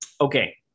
okay